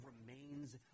remains